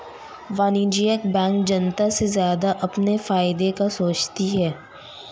वाणिज्यिक बैंक जनता से ज्यादा अपने फायदे का सोचती है